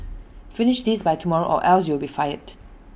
finish this by tomorrow or else you'll be fired